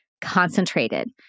concentrated